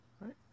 right